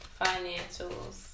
financials